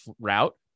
route